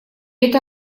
это